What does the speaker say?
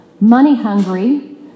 money-hungry